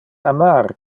amar